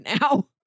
now